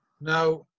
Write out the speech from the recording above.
Now